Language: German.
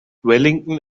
wellington